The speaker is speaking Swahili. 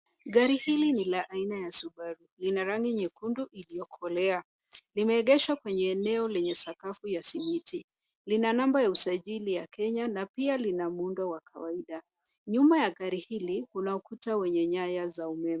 Gari hili ni la aina ya Subaru. Lina rangi nyekundu iliyokolea. Limeegeshwa kwenye eneo lenye sakafu ya simiti. Lina namba ya usajili ya Kenya na pia lina muundo wa kawaida. Nyuma ya gari hili kuna ukuta wenye nyaya za umeme.